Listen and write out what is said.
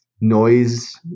noise